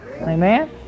amen